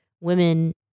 women